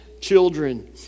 children